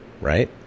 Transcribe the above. right